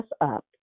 up